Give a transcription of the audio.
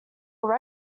would